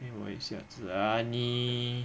给我一下子啊你